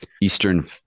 Eastern